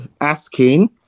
asking